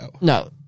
No